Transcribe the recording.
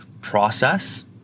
process